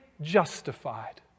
justified